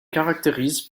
caractérise